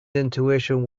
intuition